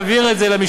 הדין